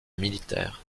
militaire